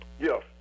Yes